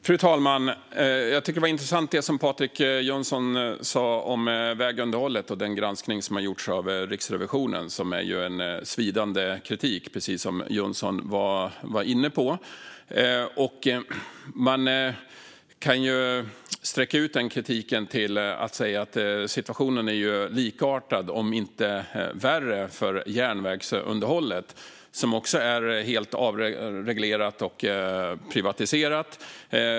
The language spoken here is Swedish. Fru talman! Det som Patrik Jönsson sa om vägunderhållet och den granskning som Riksrevisionen har gjort var intressant. Denna granskning ger svidande kritik, vilket Jönsson var inne på. Man kan utöka kritiken till situationen för järnvägsunderhållet, där det är likartat om inte värre. Även detta är helt avreglerat och privatiserat.